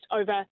over